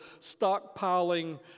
stockpiling